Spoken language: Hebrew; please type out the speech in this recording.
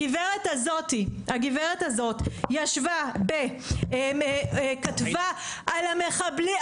הגברת הזאת הגברת הזאת ישבה כתבה על המחבלים,